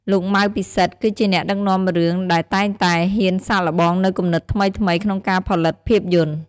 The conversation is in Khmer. លោក ម៉ៅ ពិសិដ្ឋ គឺជាអ្នកដឹកនាំរឿងដែលតែងតែហ៊ានសាកល្បងនូវគំនិតថ្មីៗក្នុងការផលិតភាពយន្ត។